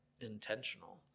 intentional